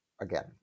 Again